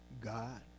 God